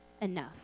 enough